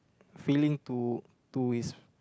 feeling to to his